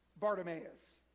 Bartimaeus